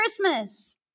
Christmas